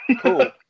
Cool